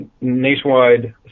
nationwide